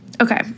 okay